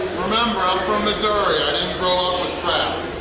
remember, i'm from missouri i didn't grow up with crab!